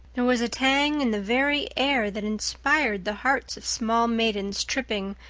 there was a tang in the very air that inspired the hearts of small maidens tripping,